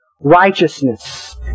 righteousness